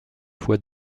fois